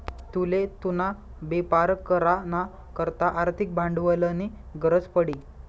तुले तुना बेपार करा ना करता आर्थिक भांडवलनी गरज पडी